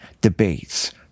Debates